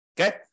okay